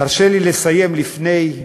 תרשה לי לסיים, לפני,